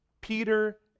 Peter